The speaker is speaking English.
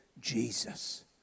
Jesus